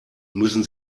müssen